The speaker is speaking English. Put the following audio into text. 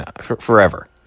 forever